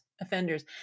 offenders